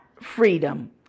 freedom